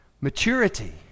maturity